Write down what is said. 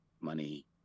money